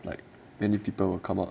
like many people will come out